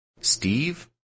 Steve